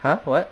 !huh! what